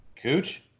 Cooch